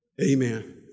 Amen